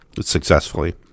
successfully